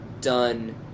done